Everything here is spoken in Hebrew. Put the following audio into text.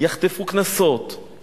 יחטפו קנסות,